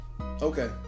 Okay